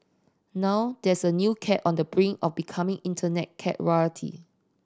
now there's a new cat on the brink of becoming Internet cat royalty